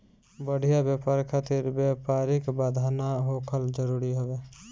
बढ़िया व्यापार खातिर व्यापारिक बाधा ना होखल जरुरी हवे